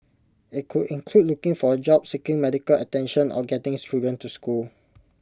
IT could include looking for A job seeking medical attention or getting children to school